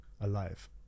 alive